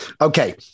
okay